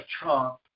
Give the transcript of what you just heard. Trump